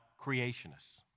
creationists